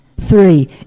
Three